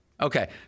Okay